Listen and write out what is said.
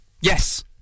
yes